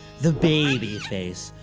the baby face.